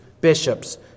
Bishops